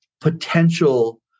potential